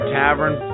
tavern